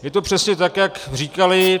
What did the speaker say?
Je to přesně tak, jak říkali.